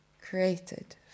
created